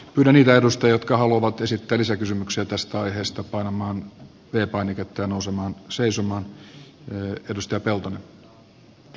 nelivedosta jotka haluavat esittää lisäkysymyksiä tästä aiheesta painamaan työpaineet että nousemaan näistä korvausjärjestelyistä